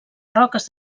roques